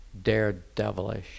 daredevilish